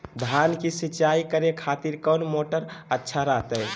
धान की सिंचाई करे खातिर कौन मोटर अच्छा रहतय?